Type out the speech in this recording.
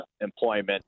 employment